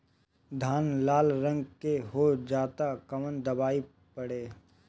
धान लाल रंग के हो जाता कवन दवाई पढ़े?